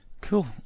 cool